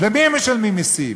למי הם משלמים מסים?